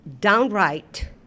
downright